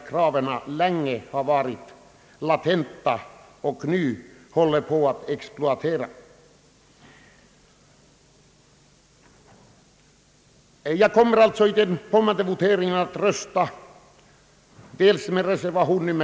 De krav som ställs här har måhända hittills hållits tillbaka men är nu på väg att explodera. I voteringen kommer jag, herr talman, att rösta för reservation 1.